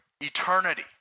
eternity